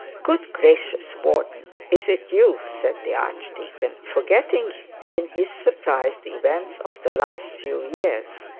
good gracious, warden, is it you said the archdeacon, forgetting in his surprise the events of the last few years.